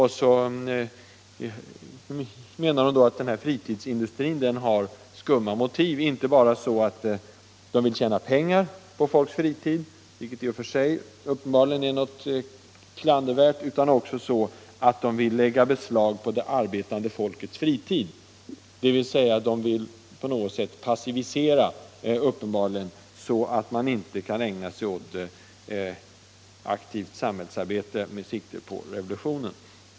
Hon menar att fritidsindustrin har skumma motiv, inte bara så att den ville tjäna pengar på folks fritid, vilket i och för sig uppenbarligen är något klandervärt, utan också så att den vill lägga beslag på det arbetande folkets fritid, dvs. den vill tydligen på något sätt passivisera så att man inte kan ägna sig åt aktivt samhällsarbete med sikte på revolutionen.